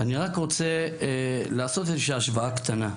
אני רק רוצה לעשות איזושהי השוואה קטנה.